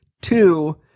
two